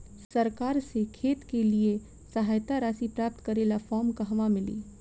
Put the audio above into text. सरकार से खेत के लिए सहायता राशि प्राप्त करे ला फार्म कहवा मिली?